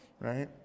Right